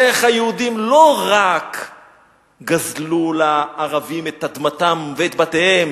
איך היהודים לא רק גזלו לערבים את אדמתם ואת בתיהם